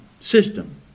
system